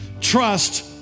trust